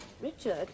Richard